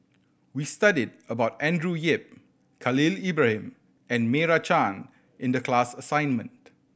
we studied about Andrew Yip Khalil Ibrahim and Meira Chand in the class assignment